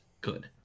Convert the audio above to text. good